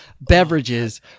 Beverages